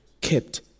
kept